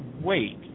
wait